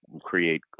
create